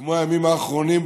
כמו הימים האחרונים.